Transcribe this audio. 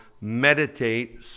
meditate